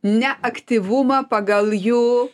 ne aktyvumą pagal jų